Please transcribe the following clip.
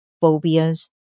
phobias